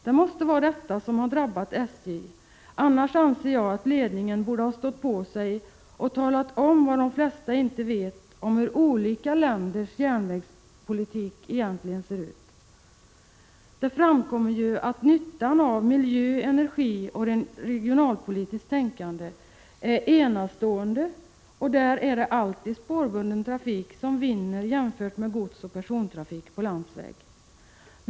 Det måste vara detta som har drabbat SJ, annars borde ledningen stå på sig och tala om vad de flesta inte vet om hur andra länders järnvägspolitik egentligen ser ut. Det framkommer att nyttan av miljö-, energioch regionalpolitiskt tänkande är enastående, och där är det alltid spårbunden trafik som vinner jämfört med godsoch persontrafik på landsväg.